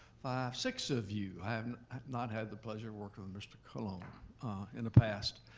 five, six of you. i um have not had the pleasure working with mr. colon in the past.